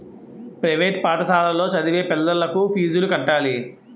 private పాఠశాలలో చదివే పిల్లలకు ఫీజులు కట్టాలి